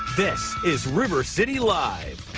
this is river city live.